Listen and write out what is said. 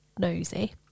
nosy